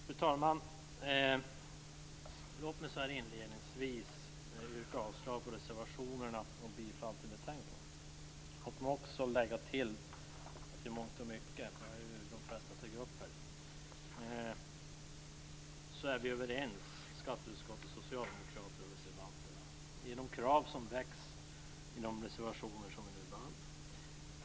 Fru talman! Låt mig så här inledningsvis yrka avslag på reservationerna och bifall till hemställan betänkandet. Låt mig också lägga till att vi, som de flesta tagit upp, i mångt och mycket är överens, skatteutskottets socialdemokrater och reservanterna, om de krav som väcks i de reservationer som vi nu behandlar.